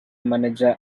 manager